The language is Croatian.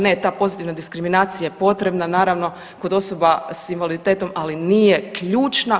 Ne, ta pozitivna diskriminacija je potrebna naravno kod osoba s invaliditetom, ali nije ključna.